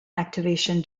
activation